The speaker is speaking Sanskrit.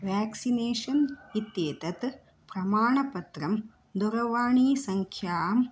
व्याक्सिनेषन् इत्येतत् प्रमाणपत्रं दूरवाणीसङ्ख्यां